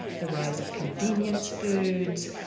the rise of convenience foods,